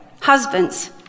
husbands